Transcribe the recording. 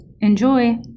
Enjoy